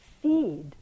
feed